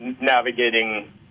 navigating